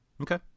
Okay